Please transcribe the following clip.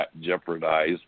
jeopardize